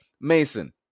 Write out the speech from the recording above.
Mason